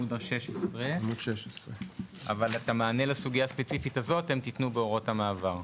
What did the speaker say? אבל את המענה לסוגיה הספציפית הזאת אתם תתנו בהוראות המעבר?